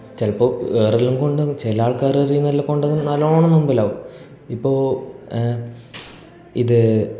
ചിലപ്പോൾ വേറെയെല്ലാം കൊണ്ടങ്ങ് ചില ആൾക്കാർ എറിയുക എന്നെല്ലാം കൊണ്ട് നല്ലവണ്ണം മുമ്പിലാകും ഇപ്പോൾ ഇത്